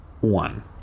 one